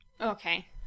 Okay